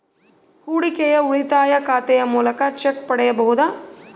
ಹೂಡಿಕೆಯ ಉಳಿತಾಯ ಖಾತೆಯ ಮೂಲಕ ಚೆಕ್ ಪಡೆಯಬಹುದಾ?